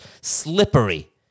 Slippery